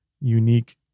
unique